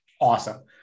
Awesome